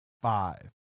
five